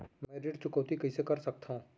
मैं ऋण चुकौती कइसे कर सकथव?